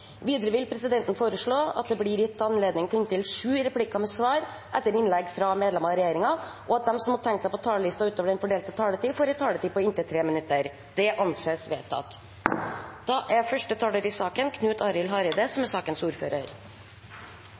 Videre vil presidenten foreslå at det blir gitt anledning til inntil sju replikker med svar etter innlegg fra medlemmer av regjeringen, og at de som måtte tegne seg på talerlisten utover den fordelte taletid, får en taletid på inntil 3 minutter. – Det anses vedtatt. Eg vil starte med å takke SV, som